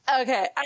okay